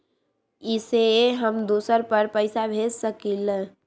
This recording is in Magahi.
इ सेऐ हम दुसर पर पैसा भेज सकील?